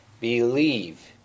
Believe